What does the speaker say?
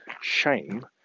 shame